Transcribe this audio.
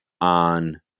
on